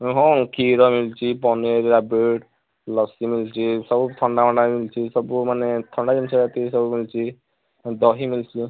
ଏ ହଁ କ୍ଷୀର ମିଳୁଛି ପନିର୍ ରାବିଡ଼ି ଲସି ମିଳୁଛି ସବୁ ଥଣ୍ଡା ମଣ୍ଡା ମିଳୁଛି ସବୁ ମାନେ ଥଣ୍ଡା ଜିନଷ ଯେତିକି ସବୁ ମିଳୁଛି ଦହି ମିଳୁଛି